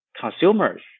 consumers